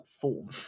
form